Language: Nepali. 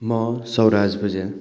म स्वराज भुजेल